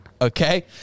Okay